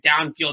downfield